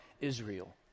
Israel